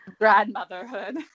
grandmotherhood